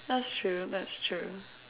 that's true that's true